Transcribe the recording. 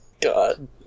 God